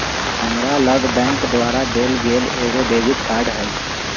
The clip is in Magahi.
हमरा लग बैंक द्वारा देल गेल एगो डेबिट कार्ड हइ